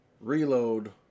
reload